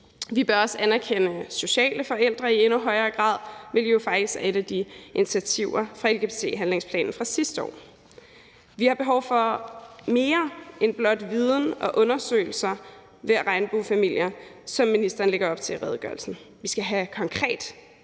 højere grad anerkende sociale forældre, hvilket jo faktisk er et af initiativerne fra lgbt-handlingsplanen fra sidste år. Vi har behov for mere end blot viden om og undersøgelser af regnbuefamilier, som ministeren lægger op til i redegørelsen. Vi skal have konkrete